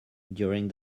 during